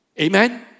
Amen